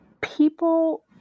people